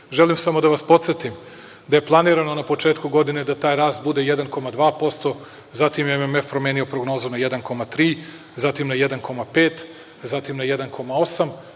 2,6%.Želim samo da vas podsetim da je planirano na početku godine da taj rast bude 1,2%, zatim je MMF promenio prognozu na 1,3, zatim na 1,5, zatim na 1,8,